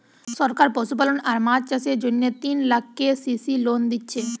সরকার পশুপালন আর মাছ চাষের জন্যে তিন লাখ কে.সি.সি লোন দিচ্ছে